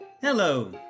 Hello